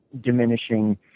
diminishing